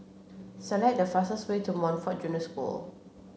select the fastest way to Montfort Junior School